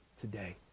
today